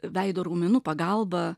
veido raumenų pagalba